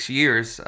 years